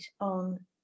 on